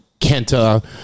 Kenta